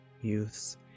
youths